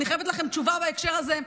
אני חייבת לכם תשובה בהקשר הזה.